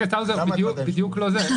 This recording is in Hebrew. זה בדיוק לא זה.